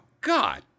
god